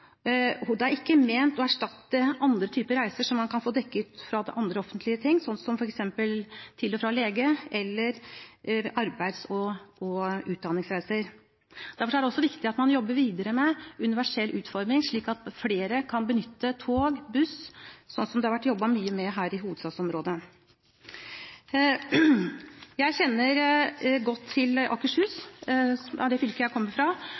og den er ikke ment å erstatte andre typer reiser som man kan få dekket fra andre offentlige ting, som f.eks. reiser til og fra lege eller arbeids- og utdanningsreiser. Derfor er det også viktig at man jobber videre med universell utforming, slik at flere kan benytte tog og buss, slik det har vært jobbet mye med her i hovedstadsområdet. Jeg kjenner godt til Akershus, som er det fylket jeg kommer fra,